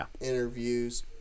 interviews